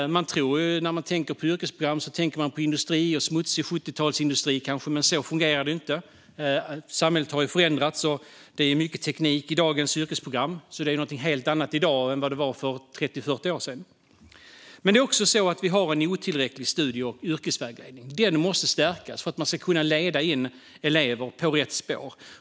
När man tänker på yrkesprogram tänker man på industri - kanske på smutsig 70-tals industri - men så fungerar det inte. Samhället har förändrats, och det är mycket teknik i dagens yrkesprogram. Det är något helt annat i dag än det var för 30-40 år sedan. Studie och yrkesvägledningen är otillräcklig. Den måste stärkas för att man ska kunna leda in elever på rätt spår.